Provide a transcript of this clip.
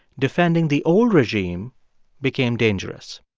defending the old regime became dangerous.